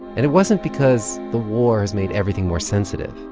and it wasn't because the war has made everything more sensitive.